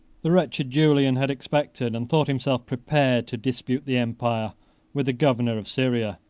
the wretched julian had expected, and thought himself prepared, to dispute the empire with the governor of syria